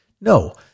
No